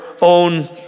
own